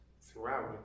throughout